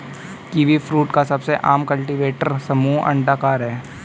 kiwifruit का सबसे आम कल्टीवेटर समूह अंडाकार है